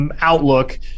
outlook